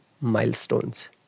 milestones